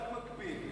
הם רק מקפיאים.